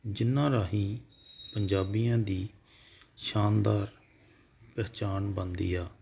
ਜਿੰਨਾ ਰਾਹੀਂ ਪੰਜਾਬੀਆਂ ਦੀ ਸ਼ਾਨਦਾਰ ਪਹਿਚਾਣ ਬਣਦੀ ਆ